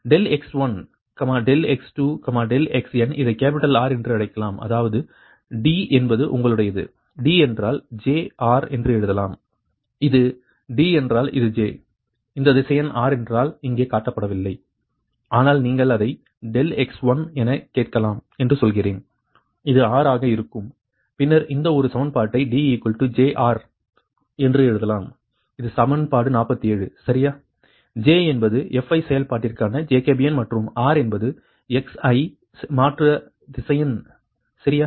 ∆x1 ∆x2 ∆xn இதை capital R என்று அழைக்கலாம் அதாவது D என்பது உங்களுடையது D என்றால் J R என்று எழுதலாம் இது D என்றால் இது J இந்த திசையன் R என்றால் இங்கே காட்டப்படவில்லை ஆனால் நீங்கள் அதை ∆x1 என கேட்கலாம் என்று சொல்கிறேன் இது R ஆக இருக்கும் பின்னர் இந்த ஒரு சமன்பாட்டை D J R என்று எழுதலாம் இது சமன்பாடு 47 சரியா J என்பது fi செயல்பாட்டிற்கான ஜேகோபியன் மற்றும் R என்பது ∆xi மாற்ற திசையன் சரியா